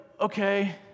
okay